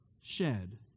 shed